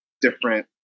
different